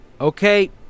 Okay